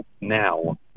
now